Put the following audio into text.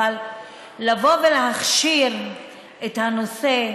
אבל לבוא ולהכשיר את הנושא,